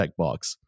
checkbox